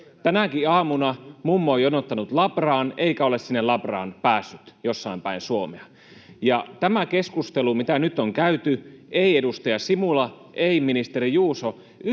Tänäkin aamuna mummo on jonottanut labraan eikä ole sinne labraan päässyt, jossain päin Suomea. Tämä keskustelu, mitä nyt on käyty: ei edustaja Simula, ei ministeri Juuso,